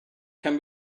can